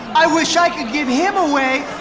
i wish i could give him away.